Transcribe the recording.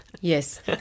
yes